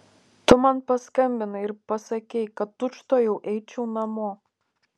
tu man paskambinai ir pasakei kad tučtuojau eičiau namo